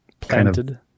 planted